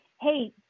hey